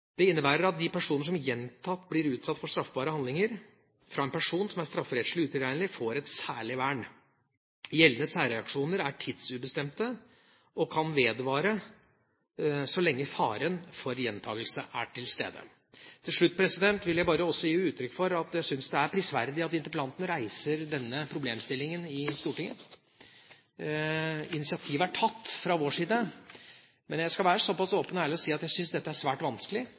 Det innebærer at de personer som gjentatt blir utsatt for straffbare handlinger fra en person som er strafferettslig utilregnelig, får et særlig vern. Gjeldende særreaksjoner er tidsubestemte og kan vedvare så lenge faren for gjentakelse er til stede. Til slutt vil jeg bare også gi uttrykk for at jeg syns det er prisverdig at interpellanten reiser denne problemstillingen i Stortinget. Initiativet er tatt fra vår side, men jeg skal være så pass åpen og ærlig og si at jeg syns dette er svært